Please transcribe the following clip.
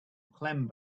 clem